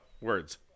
words